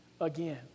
again